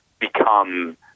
become